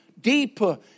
deeper